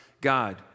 God